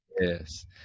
Yes